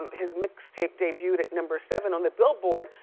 his mix tape debuted at number seven on the billboard,